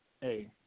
hey